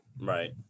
right